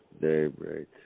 daybreak